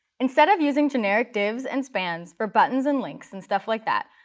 instead of using generic divs and spans for buttons and links and stuff like that,